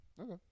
Okay